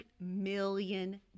million